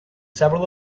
several